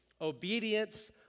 Obedience